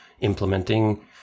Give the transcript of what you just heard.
implementing